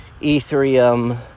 Ethereum